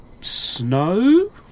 snow